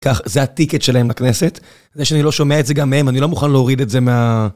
כך, זה הטיקט שלהם בכנסת. זה שאני לא שומע את זה גם הם, אני לא מוכן להוריד את זה מה...